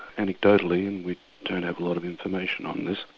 anecdotally, and we don't have a lot of information on this,